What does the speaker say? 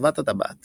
אחוות הטבעת